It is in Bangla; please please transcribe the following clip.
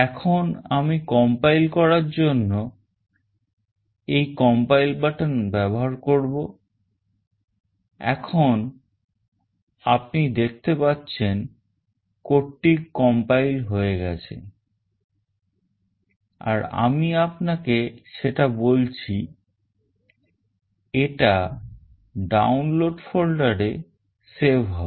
এখন আমি compile করার জন্য এই compile button ব্যবহার করব এখন আপনি দেখতে পারছেন code টি compile হয়ে গেছে আর আমি আপনাকে সেটা বলছি এটা Download folder এ save হবে